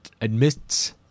admits